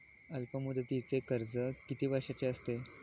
अल्पमुदतीचे कर्ज किती वर्षांचे असते?